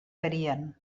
varien